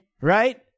Right